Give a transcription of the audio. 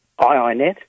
iInet